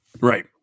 Right